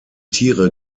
tiere